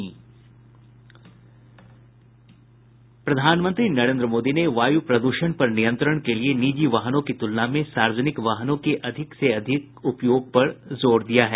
प्रधानमंत्री नरेन्द्र मोदी ने वायू प्रदूषण पर नियंत्रण के लिए निजी वाहनों की तुलना में सार्वजनिक वाहनों के अधिक से अधिक उपयोग पर जोर दिया है